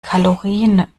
kalorien